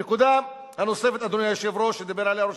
הנקודה הנוספת, אדוני היושב-ראש, שראש